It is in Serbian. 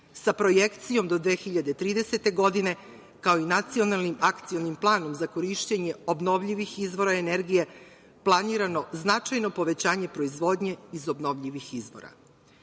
sa projekcijom do 2030. godine, kao i Nacionalnim akcionim planom za korišćenje obnovljivih izvora energije, planirano značajno povećanje proizvodnje iz obnovljivih izvora. Iako